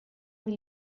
will